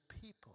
people